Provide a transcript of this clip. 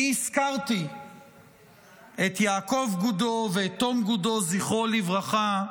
הזכרתי את יעקב גודו ואת תום גודו, זכרו לברכה,